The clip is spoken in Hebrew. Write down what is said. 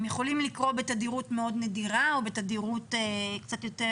הם יכולים לקרות בתדירות מאוד נדירה או בתדירות קצת יותר,